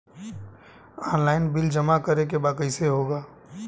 Online bill जमा करे के बा कईसे होगा?